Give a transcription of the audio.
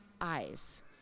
eyes